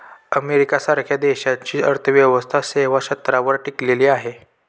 America सारख्या देशाची अर्थव्यवस्था सेवा क्षेत्रावर टिकलेली आहे